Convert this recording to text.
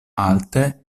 alte